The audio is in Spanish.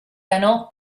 ganó